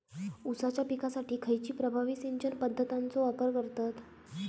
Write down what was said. ऊसाच्या पिकासाठी खैयची प्रभावी सिंचन पद्धताचो वापर करतत?